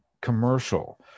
commercial